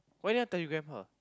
why you never telegram her